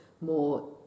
more